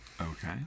Okay